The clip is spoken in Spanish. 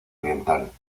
oriental